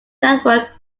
network